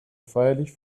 feierlich